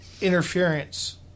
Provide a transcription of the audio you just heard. interference